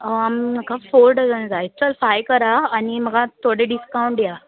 आनी म्हाका four dozen जाय चल फाय करा आनी म्हाका थोडे डिस्कावंट दिया